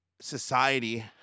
society